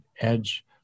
edge